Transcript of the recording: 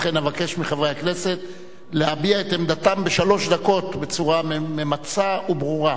לכן אבקש מחברי הכנסת להביע את עמדתם בשלוש דקות בצורה ממצה וברורה.